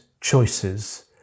choices